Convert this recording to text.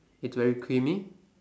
it's very creamy